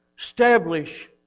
Establish